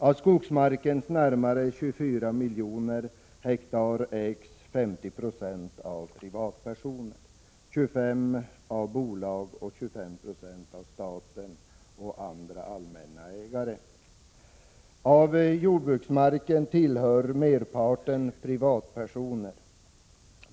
Av skogsmarkens närmare 24 miljoner hektar ägs ca 50 90 av privatpersoner, 25 90 av bolag och 25 26 av staten och andra allmänna ägare. Av jordbruksmarken tillhör merparten privatpersoner.